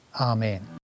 amen